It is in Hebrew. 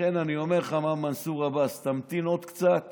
לכן אני אומר לך, מר מנסור עבאס: תמתין עוד קצת